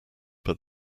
but